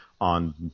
on